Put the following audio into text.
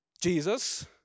Jesus